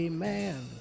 Amen